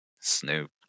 snoop